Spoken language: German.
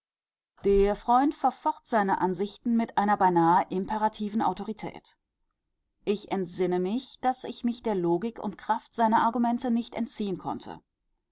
der freund verfocht seine ansichten mit einer beinahe imperativen autorität ich entsinne mich daß ich mich der logik und kraft seiner argumente nicht entziehen konnte